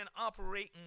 operating